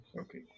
Okay